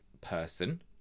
person